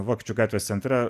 vokiečių gatvės centre